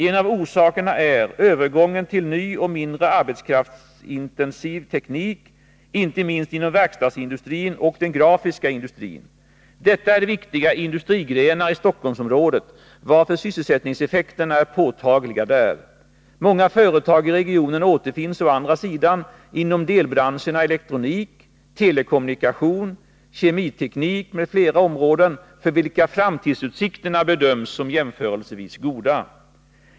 En av orsakerna är övergången till ny och mindre arbetskraftsintensiv teknik, inte minst inom verkstadsindustrin och inom den grafiska industrin. Detta är viktiga industrigrenar i Stockholmsområdet, varför sysselsättningseffekterna är påtagliga där. Många företag i regionen återfinns å andra sidan inom delbranscherna elektronik, telekommunikation, kemiteknik m.fl. områden för vilka framtidsutsikterna bedöms som jämförelsevis goda.